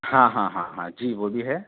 ہاں ہاں ہاں ہاں جی وہ بھی ہے